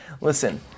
listen